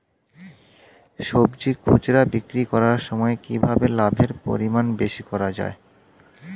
সবজি খুচরা বিক্রি করার সময় কিভাবে লাভের পরিমাণ বেশি করা যায়?